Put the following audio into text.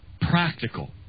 practical